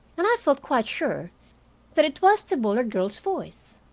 and i felt quite sure that it was the bullard girl's voice.